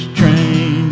train